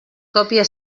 còpia